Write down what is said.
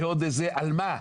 על מה?